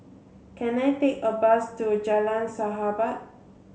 can I take a bus to Jalan Sahabat